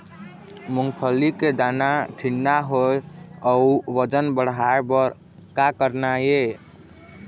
मूंगफली के दाना ठीन्ना होय अउ वजन बढ़ाय बर का करना ये?